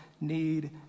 need